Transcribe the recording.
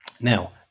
Now